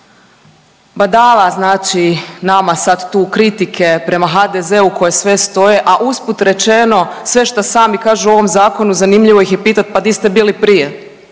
badava znači nama sad tu kritike prema HDZ-u koje sve stoje, a usput rečeno sve šta sami kažu o ovom zakonu zanimljivo ih je pitat pa di ste bili prije,